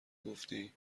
گفتی